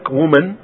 woman